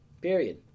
period